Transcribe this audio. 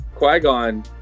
Qui-Gon